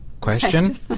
question